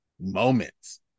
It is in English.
moments